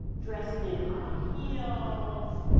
dressed in high heels,